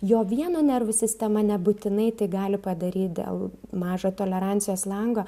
jo vieno nervų sistema nebūtinai tai gali padaryt dėl mažo tolerancijos lango